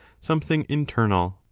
something internal?